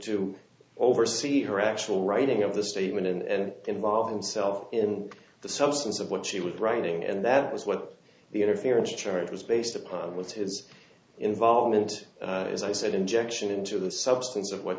to oversee her actual writing of the statement and involve himself in the substance of what she was writing and that was what the interference charge was based upon with his involvement as i said injection into the substance of what